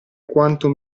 quanto